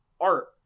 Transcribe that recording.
art